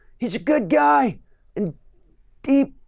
he's a good guy and deep,